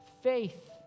faith